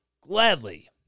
gladly